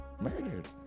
murdered